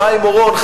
חיים אורון,